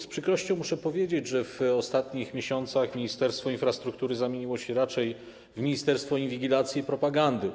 Z przykrością muszę powiedzieć, że w ostatnich miesiącach Ministerstwo Infrastruktury zamieniło się raczej w ministerstwo inwigilacji i propagandy.